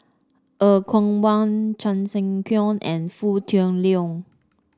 Er Kwong Wah Chan Sek Keong and Foo Tui Liew